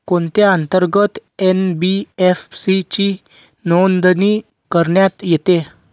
कोणत्या अंतर्गत एन.बी.एफ.सी ची नोंदणी करण्यात येते?